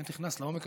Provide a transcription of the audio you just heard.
שבאמת נכנס לעומק,